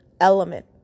element